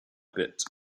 bit